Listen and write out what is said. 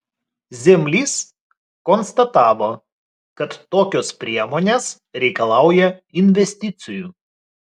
zemlys konstatavo kad tokios priemonės reikalauja investicijų